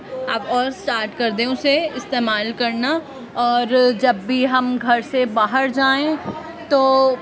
اب اور اسٹارٹ کر دیں اسے استعمال کرنا اور جب بھی ہم گھر سے باہر جائیں تو